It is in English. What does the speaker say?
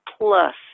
plus